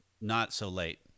not-so-late